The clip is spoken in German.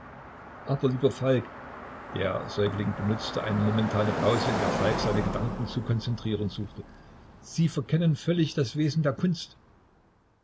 aber lieber falk der säugling benutzte eine momentane pause in der falk seine gedanken zu konzentrieren suchte sie verkennen völlig das wesen der kunst